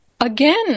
Again